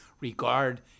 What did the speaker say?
regard